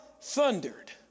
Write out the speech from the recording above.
Thundered